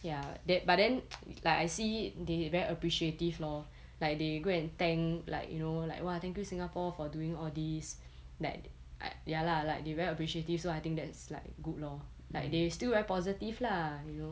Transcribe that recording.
ya the~ but then like I see they very appreciative lor like they go and thank like you know like !wah! thank you singapore for doing all these that I ya lah like they very appreciative so I think that's like good lor like they still very positive lah you know